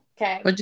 Okay